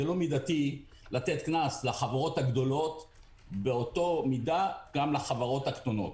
מידתי לתת קנס לחברות הגדולות - באותה מידה גם לחברות הקטנות,